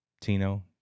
Tino